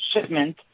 shipment